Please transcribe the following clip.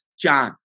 John